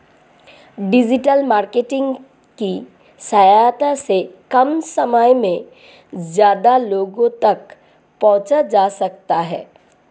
digital marketing की सहायता से कम समय में ज्यादा लोगो तक पंहुचा जा सकता है